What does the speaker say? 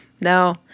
No